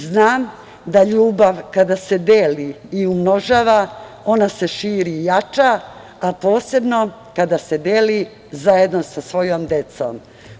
Znam da ljubav kada se deli i umnožava ona se širi i jača, a posebno kada se deli zajedno sa svojom decom.